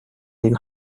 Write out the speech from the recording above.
den